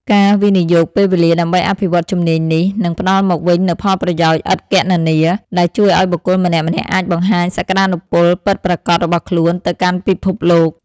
ការវិនិយោគពេលវេលាដើម្បីអភិវឌ្ឍជំនាញនេះ នឹងផ្ដល់មកវិញនូវផលប្រយោជន៍ឥតគណនា ដែលជួយឱ្យបុគ្គលម្នាក់ៗអាចបង្ហាញសក្ដានុពលពិតប្រាកដរបស់ខ្លួនទៅកាន់ពិភពលោក។